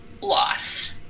loss